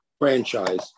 franchise